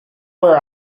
where